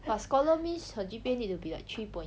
but scholar means her G_P_A need to be like three point